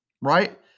right